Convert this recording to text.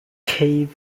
cave